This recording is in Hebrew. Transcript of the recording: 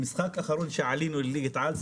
במשחק האחרון שעלינו לליגת העל,